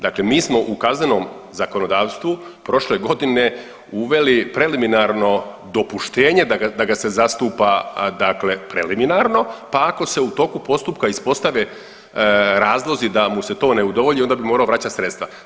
Dakle, mi smo u kaznenom zakonodavstvu prošle godine uveli preliminarno dopuštenje da ga se zastupa dakle preliminarno, pa ako se u toku postupka ispostave razlozi da mu se to unedovolji onda bi morao vraćati sredstva.